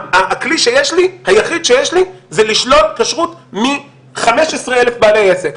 הכלי היחיד שיש לי זה לשלול כשרות מ-15,000 בעלי עסק,